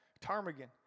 Ptarmigan